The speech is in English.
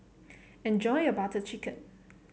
enjoy your Butter Chicken